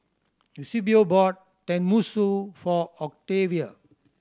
Eusebio bought Tenmusu for Octavia